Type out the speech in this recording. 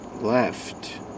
left